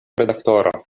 redaktoro